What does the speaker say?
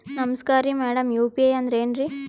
ನಮಸ್ಕಾರ್ರಿ madam UPI ಅಂದ್ರೆನ್ರಿ?